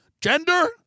gender